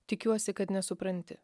tikiuosi kad nesupranti